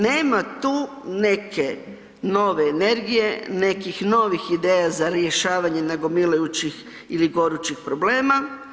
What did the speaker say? Nema tu neke nove energije, nekih novih ideja za rješavanje nagomilajućih ili gorućih problema.